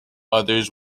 others